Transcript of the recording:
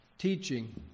teaching